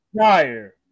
fire